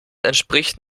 entspricht